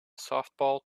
softball